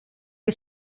que